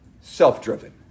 self-driven